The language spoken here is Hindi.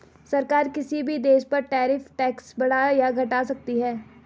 सरकार किसी भी देश पर टैरिफ टैक्स बढ़ा या घटा सकती है